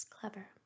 clever